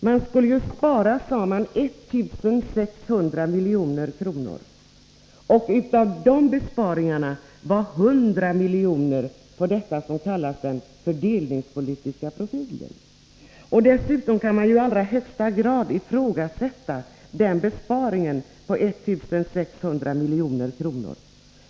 Man skulle ju spara, sade man, 1 600 milj.kr. Av den besparingen åtgick 100 miljoner till det som här kallas den fördelningspolitiska profilen. Dessutom kan man i högsta grad ifrågasätta besparingen på 1 600 milj.kr.